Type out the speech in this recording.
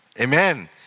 Amen